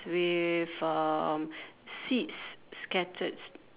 with uh seeds scattered